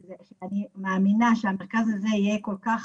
שאני מאמינה שהמרכז הזה טוב עד כדי כך